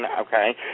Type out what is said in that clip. okay